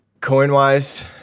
coin-wise